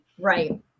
right